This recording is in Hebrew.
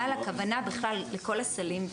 הכוונה לכל הסלים.